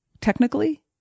technically